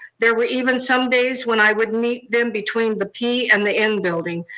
there were even some days when i would meet them between the p and the n building,